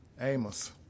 Amos